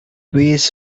weighs